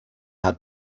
hat